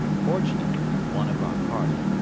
fortunately, one of our party,